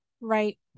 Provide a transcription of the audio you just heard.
right